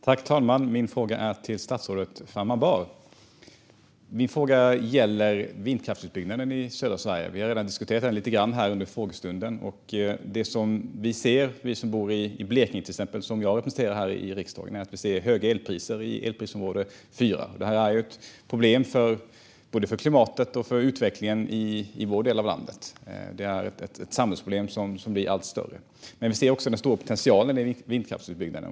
Fru talman! Min fråga är till statsrådet Farmanbar och gäller vindkraftsutbyggnaden i södra Sverige. Vi har redan diskuterat den lite grann här under frågestunden. Jag bor i Blekinge och representerar Blekinge här i riksdagen, och det vi som bor där ser är höga elpriser i elprisområde 4. Detta är ett problem både för klimatet och för utvecklingen i vår del av landet. Det är ett samhällsproblem som blir allt större. Men vi ser också den stora potentialen i vindkraftsutbyggnaden.